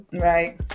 Right